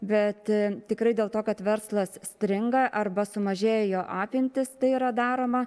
bet tikrai dėl to kad verslas stringa arba sumažėja jo apimtys tai yra daroma